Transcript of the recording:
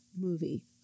movie